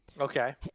Okay